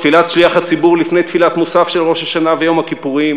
תפילת שליח הציבור לפני תפילת מוסף של ראש השנה ויום הכיפורים